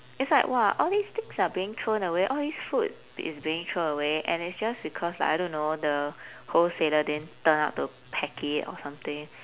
is like !wah! all this things are being thrown away all this food is being thrown away and it's just because like I don't know the wholesaler didn't turn up to pack it or something